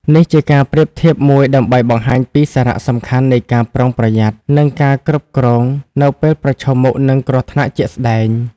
នេះជាការប្រៀបធៀបមួយដើម្បីបង្ហាញពីសារៈសំខាន់នៃការប្រុងប្រយ័ត្ន និងការគ្រប់គ្រងនៅពេលប្រឈមមុខនឹងគ្រោះថ្នាក់ជាក់ស្តែង។